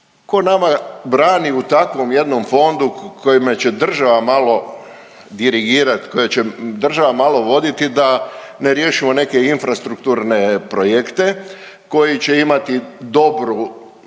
Tko nama brani u takvom jednom fondu kojima će država malo dirigirati, koje će država malo voditi da ne riješimo neke infrastrukturne projekte koji će imati dobru